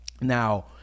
Now